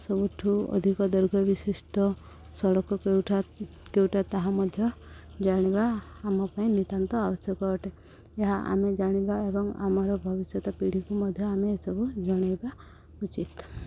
ସବୁଠୁ ଅଧିକ ଦୈର୍ଘ୍ୟ ବିଶିଷ୍ଟ ସଡ଼କ କେଉଁଠା କେଉଁଟା ତାହା ମଧ୍ୟ ଜାଣିବା ଆମ ପାଇଁ ନିତ୍ୟାନ୍ତ ଆବଶ୍ୟକ ଅଟେ ଏହା ଆମେ ଜାଣିବା ଏବଂ ଆମର ଭବିଷ୍ୟତ ପିଢ଼ିକୁ ମଧ୍ୟ ଆମେ ଏସବୁ ଜଣାଇବା ଉଚିତ